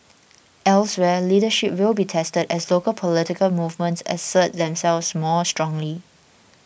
elsewhere leadership will be tested as local political movements assert themselves more strongly